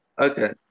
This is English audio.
okay